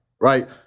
Right